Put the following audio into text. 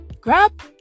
Grab